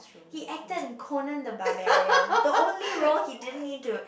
he acted in Conan the Barbarian the only role he didn't need to